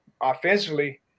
offensively